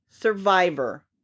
survivor